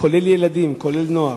כולל ילדים ונוער,